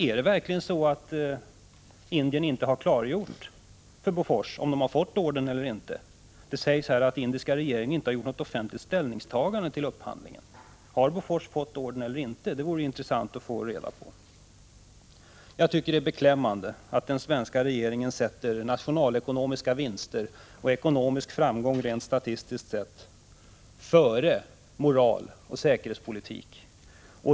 Är det verkligen så, att Indien inte har klargjort om Bofors fått ordern eller inte? Det sägs här att den indiska regeringen inte har offentliggjort något ställningstagande till upphandlingen. Har Bofors fått ordern eller inte? Det vore ju intressant att få reda på det. Jag tycker att det är beklämmande att den svenska regeringen sätter nationalekonomiska vinster och ekonomisk framgång rent statistiskt sett före moral och säkerhetspolitik.